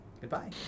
Goodbye